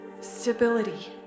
Stability